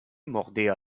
mordaient